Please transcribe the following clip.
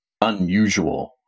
unusual